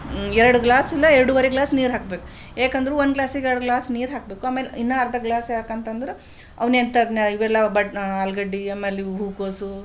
ಎರಡು ಗ್ಲಾಸಿಂದ ಎರಡೂವರೆ ಗ್ಲಾಸ್ ನೀರು ಹಾಕ್ಬೇಕು ಏಕಂದ್ರೆ ಒಂದು ಗ್ಲಾಸಿಗೆ ಎರಡು ಗ್ಲಾಸ್ ನೀರು ಹಾಕಬೇಕು ಆಮೇಲೆ ಇನ್ನೂ ಅರ್ಧ ಗ್ಲಾಸ್ ಯಾಕಂತಂದ್ರೆ ಅವು ನೆಂತದ್ ಇವೆಲ್ಲ ಆಲೂಗಡ್ಡಿ ಆಮೇಲೆ ಇವು ಹೂಕೋಸು